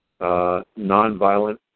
nonviolent